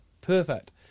Perfect